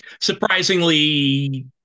surprisingly